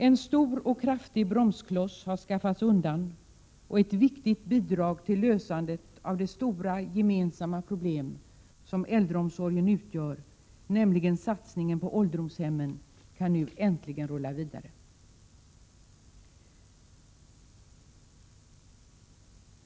En stor och kraftig bromskloss har skaffats undan och den viktiga satsningen på att lösa det stora gemensamma problem som äldreomsorgen utgör kan äntligen rulla vidare.